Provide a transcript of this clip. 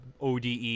ODE